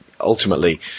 ultimately